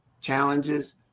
challenges